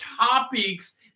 topics